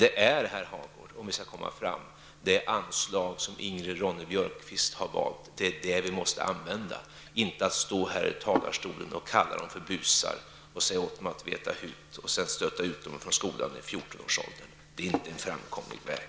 Det är, herr Hagård, det anslag som Ingrid Ronne Björkqvist har valt som vi måste använda om vi skall komma fram, inte att stå här i talarstolen och kalla dem för busar, säga åt dem att veta hut och sedan stöta ut dem från skolan i fjortonårs åldern. Det är inte en framkomlig väg.